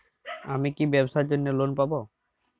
আমি কি ব্যবসার জন্য লোন পাব?